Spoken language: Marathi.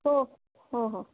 हो हो हो